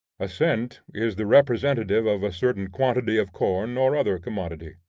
a cent is the representative of a certain quantity of corn or other commodity.